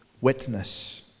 witness